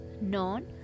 non